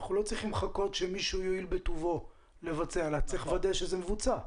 אנחנו לא צריכים לחכות שמישהו יבצע אלא צריך לוודא שזה מבוצע.